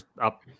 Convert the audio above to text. up